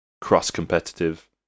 cross-competitive